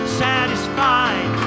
satisfied